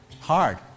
Hard